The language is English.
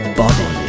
body